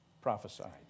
prophesied